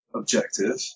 objective